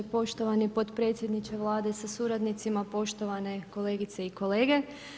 Poštovani potpredsjedniče Vlade sa suradnicima, poštovane kolegice i kolege.